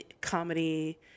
comedy